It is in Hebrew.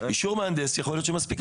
יכול להיות שמספיק.